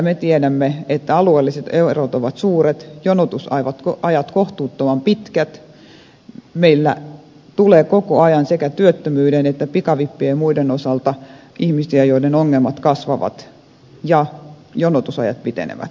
me tiedämme että alueelliset erot ovat suuret jonotusajat kohtuuttoman pitkät meillä tulee koko ajan sekä työttömyyden että pikavippien ja muiden osalta ihmisiä joiden ongelmat kasvavat ja jonotusajat pitenevät